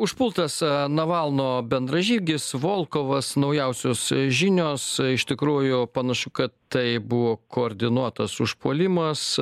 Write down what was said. užpultas a navalno bendražygis volkovas naujausios žinios iš tikrųjų panašu kad tai buvo koordinuotas užpuolimas